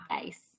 face